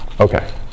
Okay